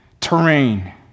terrain